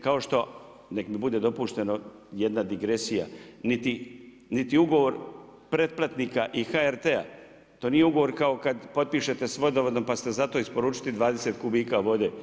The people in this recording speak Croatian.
Kao što, nek mi bude dopušteno i jedna digresija, niti ugovor pretplatnika i HRT-a, to nije ugovor, kao kad potpišete s vodovodom, pa ste zato isporučitelj 20 kubika vode.